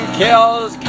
kills